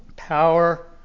Power